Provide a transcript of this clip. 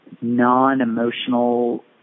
non-emotional